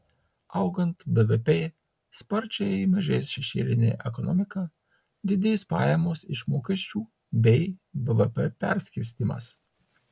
augant bvp sparčiai mažės šešėlinė ekonomika didės pajamos iš mokesčių bei bvp perskirstymas